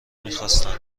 میخواستند